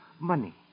money